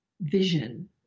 vision